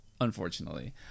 unfortunately